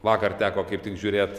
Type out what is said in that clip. vakar teko kaip tik žiūrėt